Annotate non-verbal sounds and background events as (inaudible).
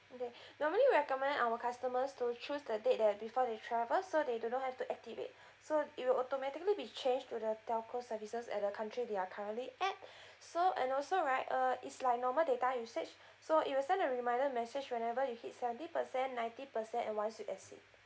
okay (breath) normally we recommend our customers to choose the date that before they travel so they do not have to activate so it will automatically be change to the telco services at the country they're currently at (breath) so and also right uh is like normal data usage so it will send a reminder message whenever you hit seventy percent ninety percent and once you exceed